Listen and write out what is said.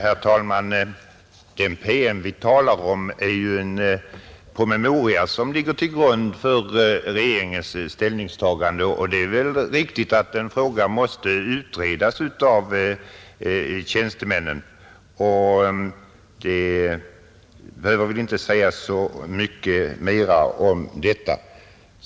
Herr talman! Den PM vi talar om är en promemoria som ligger till grund för regeringens ställningstagande, och det är väl riktigt att en fråga måste utredas av tjänstemännen. Det behöver väl inte sägas så mycket mer om detta.